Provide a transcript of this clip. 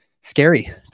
scary